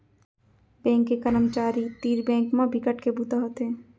bank के करमचारी तीर बेंक म बिकट के बूता होथे